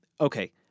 Okay